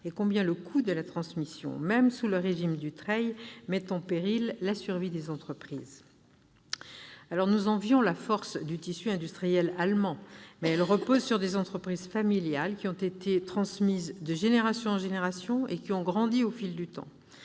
et combien le coût de la transmission, même sous le régime Dutreil, mettait en péril la survie des entreprises. Nous envions la force du tissu industriel allemand, mais il faut savoir qu'il repose sur des entreprises familiales, qui ont été transmises de génération en génération et qui ont grandi au fil du temps.